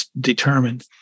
determined